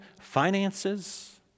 finances